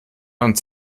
wand